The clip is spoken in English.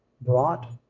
brought